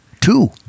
two